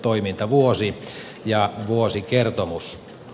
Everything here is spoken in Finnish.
toimintavuosi ja vuosikertomus